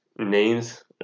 Names